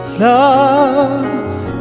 love